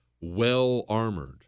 well-armored